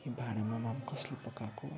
यो भाँडामा मोमो कसले पकाएको